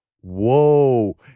Whoa